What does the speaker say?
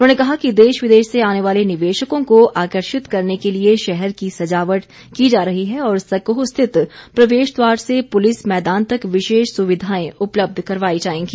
उन्होंने कहा कि देश विदेश से आने वाले निवेशकों को आकर्षित करने के लिए शहर की सजावट की जा रही है और सकोह स्थित प्रवेश द्वार से पुलिस मैदान तक विशेष सुविधाएं उपलब्ध करवाई जाएंगी